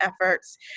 efforts